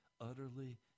utterly